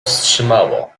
wstrzymało